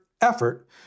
effort